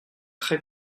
trés